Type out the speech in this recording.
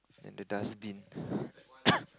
and the dust bin